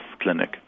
clinic